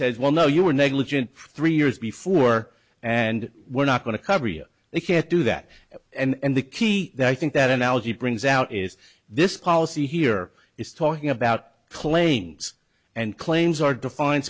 says well no you were negligent three years before and we're not going to cover you they can't do that and the key i think that analogy brings out is this policy here is talking about claims and claims are defined